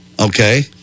Okay